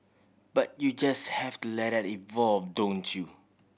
but you just have to let that evolve don't you